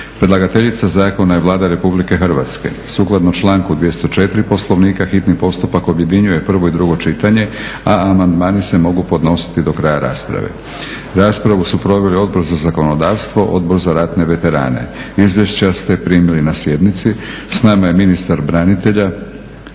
Predlagateljica zakona je Vlada Republike Hrvatske. Sukladno članku 204. Poslovnika hitni postupak objedinjuje prvo i drugo čitanje, a amandmani se mogu podnositi do kraja rasprave. Raspravu su proveli Odbor za zakonodavstvo i Odbor za ratne veterane. Izvješća ste primili na sjednici. S nama je ministar branitelja,